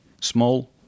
Small